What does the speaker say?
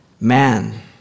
man